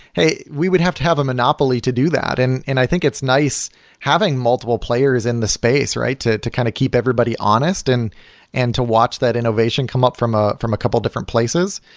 hey, we would have to have a monopoly to do that, and and i think it's nice having multiple players in the space to to kind of keep everybody honest and and to watch that innovation come up from ah from a couple of different places.